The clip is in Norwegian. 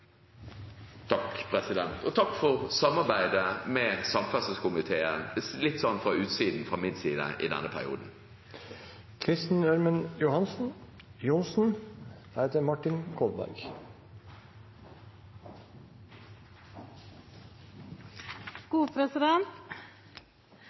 Takk for samarbeidet med transport- og kommunikasjonskomiteen, sett litt fra utsiden, fra min side, i denne perioden.